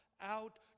out